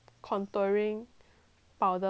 powder [one] that kind that [one]